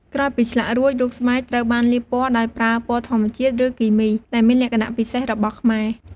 ក្រោយពីឆ្លាក់រួច រូបស្បែកត្រូវបានលាបពណ៌ដោយប្រើពណ៌ធម្មជាតិ ឬគីមី ដែលមានលក្ខណៈពិសេសរបស់ខ្មែរ។